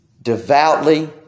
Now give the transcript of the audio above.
devoutly